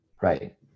right